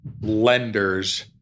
lenders